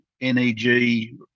NEG